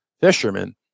fisherman